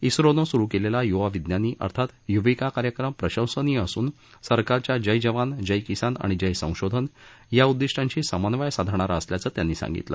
इस्रोनं सुरु केलेला यूवा विज्ञानी अर्थात यूविका कार्यक्रम प्रशंसनीय असून सरकारच्या जय जवान जय किसान आणि जय संशोधन या उद्दिष्टांशी समन्वय साधणारा असल्याचं त्यांनी सांगितलं